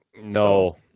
No